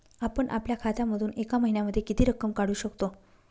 आपण आपल्या खात्यामधून एका महिन्यामधे किती रक्कम काढू शकतो?